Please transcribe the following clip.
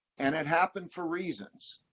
and it happened for reasons,